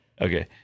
Okay